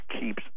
keeps